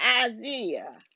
Isaiah